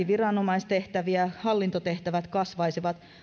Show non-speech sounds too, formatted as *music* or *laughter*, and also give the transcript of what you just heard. *unintelligible* viranomaistehtäviä hallintotehtävät kasvaisivat